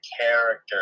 character